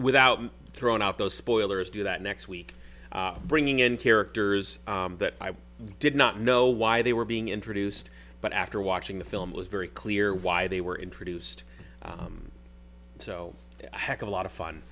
without throwing out those spoilers do that next week bringing in characters that i did not know why they were being introduced but after watching the film was very clear why they were introduced so heck of a lot of fun